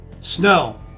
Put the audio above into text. snow